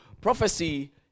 prophecy